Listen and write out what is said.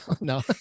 No